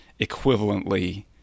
equivalently